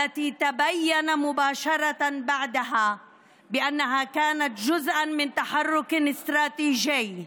והתברר מייד אחריו שהוא היה חלק ממהלך אסטרטגי.